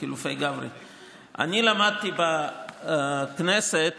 אני למדתי בכנסת